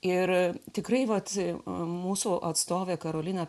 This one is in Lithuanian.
ir tikrai vat mūsų atstovė karolina